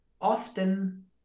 often